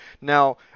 Now